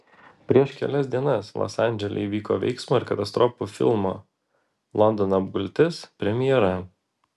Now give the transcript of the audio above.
prieš kelias dienas los andžele įvyko veiksmo ir katastrofų filmo londono apgultis premjera